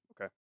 Okay